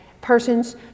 persons